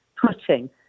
putting